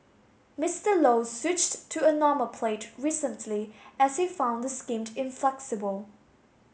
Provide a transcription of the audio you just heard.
Mister Low switched to a normal plate recently as he found the scheme inflexible